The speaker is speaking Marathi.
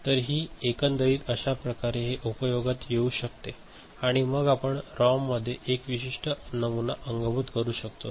तर ही एकंदरीत अश्याप्रकारे हे उपयोगात येऊ शकते आणि मग आपण रॉममध्ये एक विशिष्ट नमुना अंगभूत करू शकतो